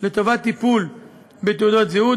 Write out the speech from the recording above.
לטובת טיפול בתעודות זהות,